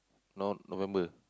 now November